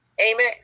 Amen